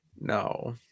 No